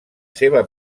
seva